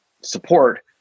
support